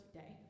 day